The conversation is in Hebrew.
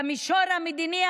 במישור המדיני,